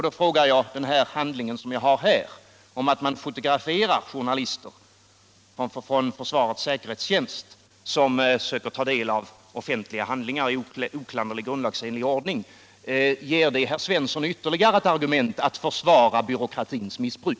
Då frågar jag: Den handling som jag har här, om att man från försvarets säkerhetstjänst fotograferar journalister som söker ta del av offentliga handlingar i oklanderlig grundlagsenlig ordning, ger den herr Svensson ytterligare argument att försvara byråkratins missbruk?